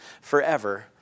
forever